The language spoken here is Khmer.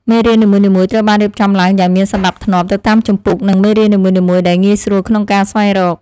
មេរៀននីមួយៗត្រូវបានរៀបចំឡើងយ៉ាងមានសណ្តាប់ធ្នាប់ទៅតាមជំពូក និងមេរៀននីមួយៗដែលងាយស្រួលក្នុងការស្វែងរក។